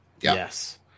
Yes